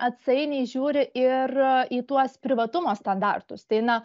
atsainiai žiūri ir į tuos privatumo standartus tai na